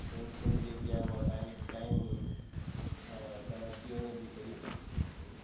pension जेकी आहे time to time घर अचे वञे थी पयी